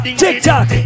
tiktok